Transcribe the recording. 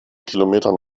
kilometern